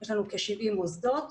יש לנו כ-70 מוסדות.